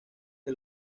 que